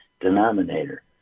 denominator